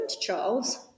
Charles